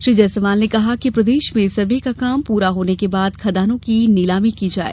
श्री जायसवाल ने कहा कि प्रदेश में सर्वे कार्यपूर्ण होने पर खदानों की नीलामी की जाये